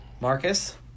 Marcus